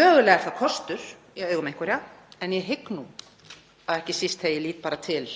Mögulega er það kostur í augum einhverra en ég hygg, ekki síst þegar ég lít til